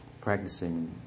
practicing